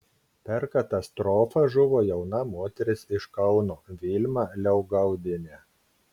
per katastrofą žuvo jauna moteris iš kauno vilma liaugaudienė